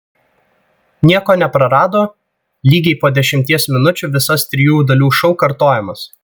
nieko neprarado lygiai po dešimties minučių visas trijų dalių šou kartojamas